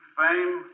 fame